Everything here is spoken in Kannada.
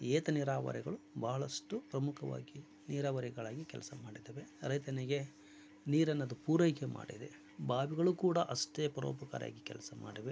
ಏತ ನೀರಾವರಿಗಳು ಭಾಳಷ್ಟು ಪ್ರಮುಖವಾಗಿ ನೀರಾವರಿಗಳಾಗಿ ಕೆಲಸ ಮಾಡಿದ್ದಾವೆ ರೈತನಿಗೆ ನೀರನ್ನೋದು ಪೂರೈಕೆ ಮಾಡಿದೆ ಬಾವಿಗಳು ಕೂಡ ಅಷ್ಟೇ ಪರೋಪಕಾರಿಯಾಗಿ ಕೆಲಸ ಮಾಡಿವೆ